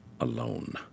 alone